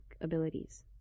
abilities